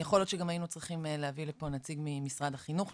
יכול להיות שגם היינו צריכים להביא לפה נציג ממשרד החינוך,